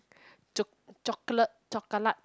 choc~ chocolate chocolate